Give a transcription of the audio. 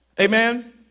Amen